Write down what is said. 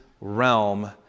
realm